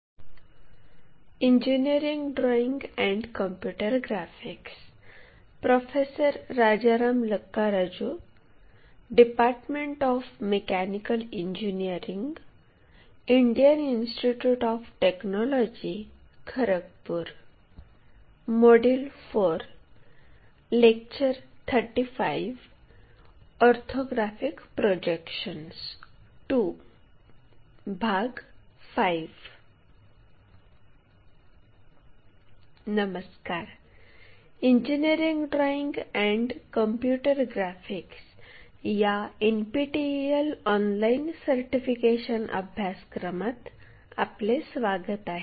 नमस्कार engineering drawing and computer graphics या NPTEL online certification अभ्यासक्रमात आपले स्वागत आहे